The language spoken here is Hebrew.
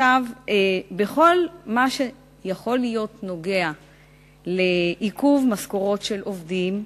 בכל מה שנוגע לעיכוב משכורות של עובדים,